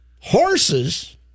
horses